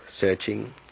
Searching